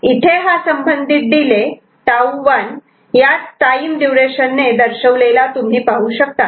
इथे हा संबंधित डिले 'τ1' या टाईम ड्युरेशन दर्शवलेला तुम्ही पाहू शकतात